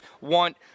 want